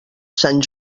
sant